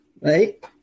right